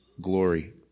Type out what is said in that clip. glory